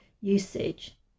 usage